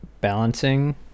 balancing